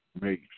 made